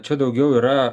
čia daugiau yra